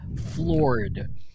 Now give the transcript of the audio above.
floored